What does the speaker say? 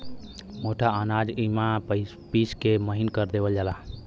मोटा अनाज इमिना पिस के महीन कर देवल जाला